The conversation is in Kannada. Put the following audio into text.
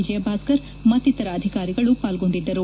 ವಿಜಯಭಾಸ್ಕರ್ ಮತ್ತಿತರ ಅಧಿಕಾರಿಗಳು ಪಾಲ್ಗೊಂಡಿದ್ದರು